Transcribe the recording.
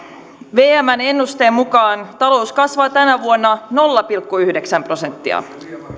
vmn ennusteen mukaan talous kasvaa tänä vuonna nolla pilkku yhdeksän prosenttia